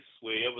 wherever